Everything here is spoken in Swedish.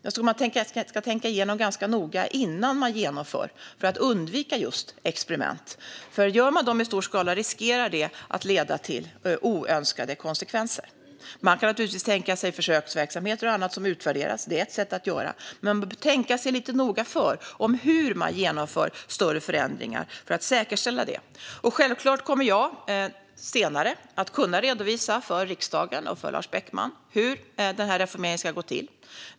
Jag tror att man ska tänka efter ganska noga innan man genomför något för att undvika just experiment, för gör man dem i stor skala riskerar man att det leder till oönskade konsekvenser. Man kan naturligtvis tänka sig försöksverksamheter och annat som utvärderas. Det är ett sätt att göra det. Men man bör tänka efter noga hur man ska genomföra större förändringar för att säkerställa dem. Självklart kommer jag senare att kunna redovisera för riksdagen och för Lars Beckman hur reformeringen ska gå till.